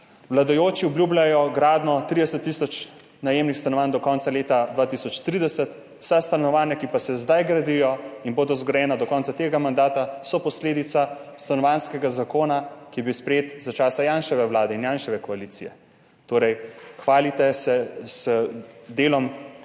Vladajoči obljubljajo gradnjo 30 tisoč najemnih stanovanj do konca leta 2030, vsa stanovanja, ki pa se zdaj gradijo in bodo zgrajena do konca tega mandata, so posledica stanovanjskega zakona, ki je bil sprejet za časa Janševe vlade in Janševe koalicije. Torej, hvalite se z delom